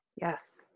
Yes